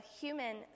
human